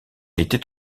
était